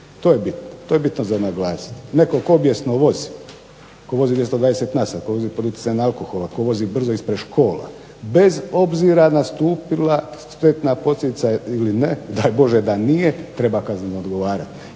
to je bitno, to je bitno za naglasiti, netko tko obijesno vozi, tko vozi 220 na sat, tko vozi pod utjecajem alkohola, tko vozi brzo ispred škola bez obzira nastupila …/Ne razumije se./… posljedica ili ne, daj Bože da nije, treba kazneno odgovarati,